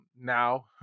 now